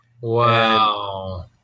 Wow